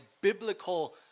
biblical